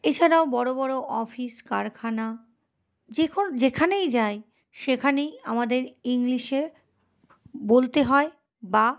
এছাড়াও বড়ো বড়ো অফিস কারখানা যেখানেই যাই সেখানেই আমাদের ইংলিশে বলতে হয় বা